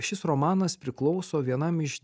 šis romanas priklauso vienam iš